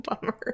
bummer